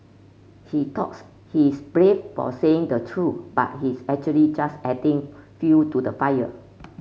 he thoughts he's brave for saying the truth but he's actually just adding fuel to the fire